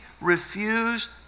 refuse